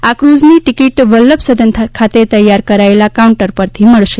આ કુઝની ટિકિટ વલ્લભસદન ખાતે તૈયાર કરેલા કાઉન્ટર ઉપરથી મળશે